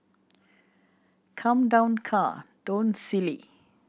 come down car don't silly